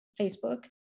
Facebook